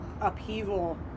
upheaval